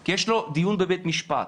כי יש לו דיון בבית משפט.